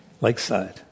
Lakeside